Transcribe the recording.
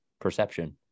perception